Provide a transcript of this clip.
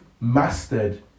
mastered